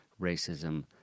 racism